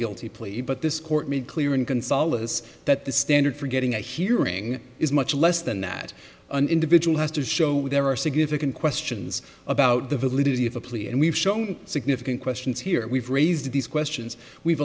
guilty plea but this court made clear in consolidates that the standard for getting a hearing is much less than that an individual has to show there are significant questions about the validity of a plea and we've shown significant questions here we've raised these questions we've